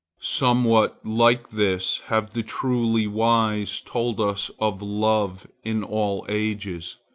somewhat like this have the truly wise told us of love in all ages.